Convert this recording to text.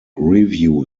review